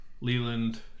Leland